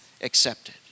accepted